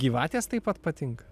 gyvatės taip pat patinka